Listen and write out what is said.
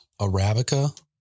Arabica